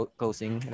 closing